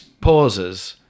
pauses